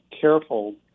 careful